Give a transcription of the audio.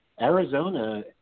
Arizona